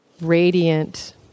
radiant